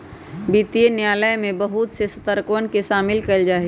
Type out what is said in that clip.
वित्तीय न्याय में बहुत से शर्तवन के शामिल कइल जाहई